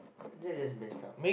that is messed up